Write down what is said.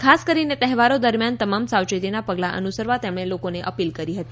ખાસ કરીને તહેવારો દરમિયાન તમામ સાવચેતીના પગલા અનુસરવા તેમણે લોકોને અપીલ કરી હતી